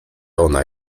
ona